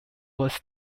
was